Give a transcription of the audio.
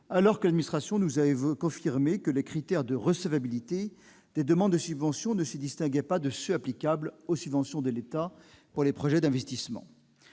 alors que l'administration nous a confirmé que les critères de recevabilité des demandes de subvention ne se distinguaient pas de ceux qui sont applicables aux subventions de l'État pour des projets d'investissement.